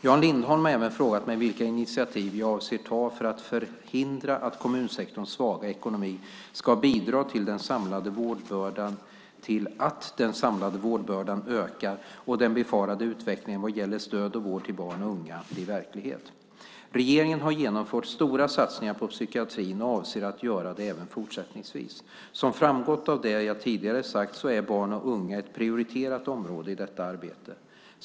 Jan Lindholm har även frågat mig vilka initiativ jag avser att ta för att förhindra att kommunsektorns svaga ekonomi ska bidra till att den samlade vårdbördan ökar och den befarade utvecklingen vad gäller stöd och vård till barn och unga blir verklighet. Regeringen har genomfört stora satsningar på psykiatrin och avser att göra det även fortsättningsvis. Som framgått av det jag tidigare sagt är barn och unga ett prioriterat område i detta arbete.